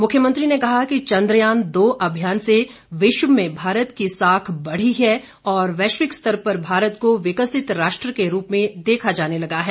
मुख्यमंत्री ने कहा कि चंद्रयान दो अभियान से विश्व में भारत की साख बढ़ी है और वैश्विक स्तर पर भारत को विकसित राष्ट्र के रूप में देखा जाने लगा है